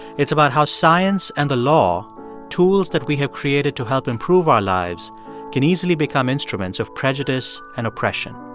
it's about how science and the law tools that we have created to help improve our lives can easily become instruments of prejudice and oppression.